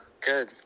good